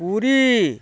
Puri